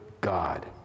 God